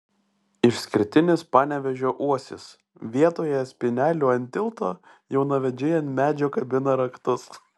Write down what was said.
išskirtinis panevėžio uosis vietoje spynelių ant tilto jaunavedžiai ant medžio kabina raktus